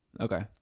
Okay